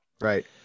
right